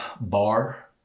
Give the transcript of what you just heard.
bar